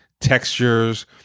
textures